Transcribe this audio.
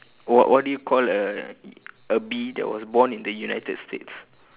what what do you call a a bee that was born in the united states